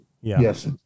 Yes